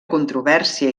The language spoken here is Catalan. controvèrsia